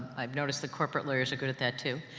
i've noticed that corporate lawyers are good at that, too.